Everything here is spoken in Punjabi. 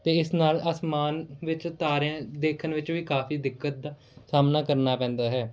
ਅਤੇ ਇਸ ਨਾਲ ਅਸਮਾਨ ਵਿੱਚ ਤਾਰਿਆਂ ਦੇਖਣ ਵਿੱਚ ਵੀ ਕਾਫੀ ਦਿੱਕਤ ਦਾ ਸਾਹਮਨਾ ਕਰਨਾ ਪੈਂਦਾ ਹੈ